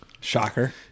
Shocker